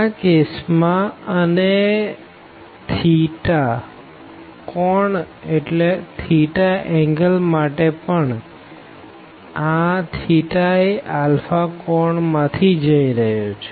આ કેસ મા અને કોણ માટે પણઆ એ અલ્ફા કોણ માં થી જઈ રહ્યો છે